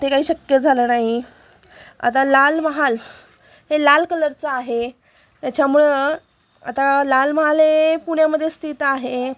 ते काही शक्य झालं नाही आता लाल महाल हे लाल कलरचं आहे त्याच्यामुळं आता लाल महाल हे पुण्यामध्ये स्थित आहे